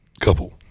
couple